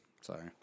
Sorry